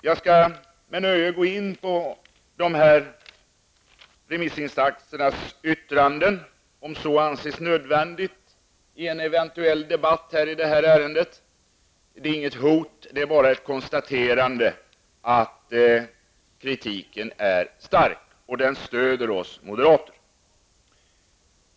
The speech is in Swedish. Jag skall med nöje gå in på dessa remissinstansers yttranden om så anses nödvändigt i en eventuell debatt i detta ärende. Det är inget hot. Det är bara ett konstaterande om att kritiken är stark och att den stöder oss moderater.